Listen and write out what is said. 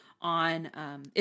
on